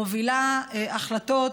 מוביל החלטות,